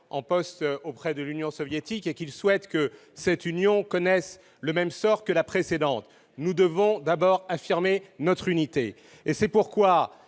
en poste auprès de l'Union soviétique et qu'il souhaite que l'Union européenne connaisse le même sort que celle-ci, nous devons d'abord affirmer notre unité. C'est pourquoi